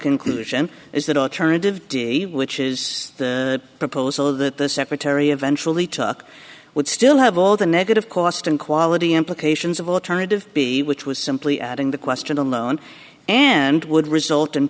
conclusion is that alternative which is the proposal that the secretary of entropy took would still have all the negative cost and quality implications of alternative b which was simply adding the question alone and would result in